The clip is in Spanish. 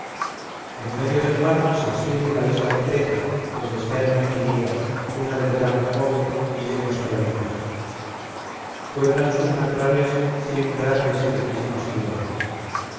en medio del mar se extiende la isla de creta donde está el monte ida cuna del gran jove y de nuestro linaje pueblan sus naturales cien grandes y riquísimas ciudades